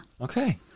okay